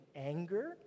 anger